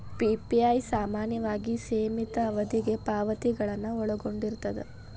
PPI ಸಾಮಾನ್ಯವಾಗಿ ಸೇಮಿತ ಅವಧಿಗೆ ಪಾವತಿಗಳನ್ನ ಒಳಗೊಂಡಿರ್ತದ